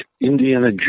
Indiana